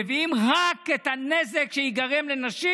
מביאים רק את הנזק שייגרם לנשים.